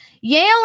Yale